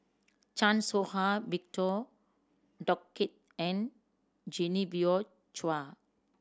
Chan Soh Ha Victor Doggett and Genevieve Chua